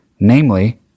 Namely